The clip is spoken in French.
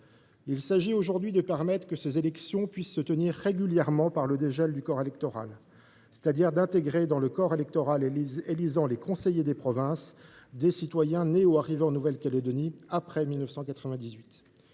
Il s’agit aujourd’hui de permettre que ces élections se tiennent régulièrement par le dégel du corps électoral. Cela suppose d’intégrer dans le corps électoral élisant les conseillers des provinces des citoyens nés ou arrivés en Nouvelle Calédonie après 1998.